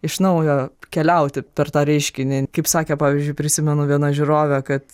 iš naujo keliauti per tą reiškinį kaip sakė pavyzdžiui prisimenu viena žiūrovė kad